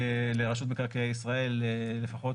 לרשות מקרקעי ישראל לפחות